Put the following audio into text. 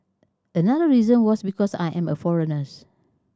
another reason was because I am a foreigners